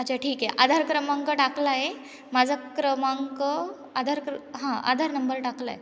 अच्छा ठीक आहे आधार क्रमांक टाकला आहे माझा क्रमांक आधार क्र हा आधार नंबर टाकला आहे